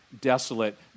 desolate